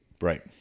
Right